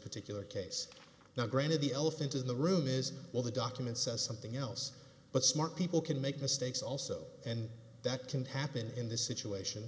particular case now granted the elephant in the room is well the documents are something else but smart people can make mistakes also and that can happen in this situation